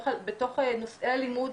בתוך נושאי הלימוד,